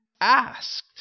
asked